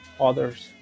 others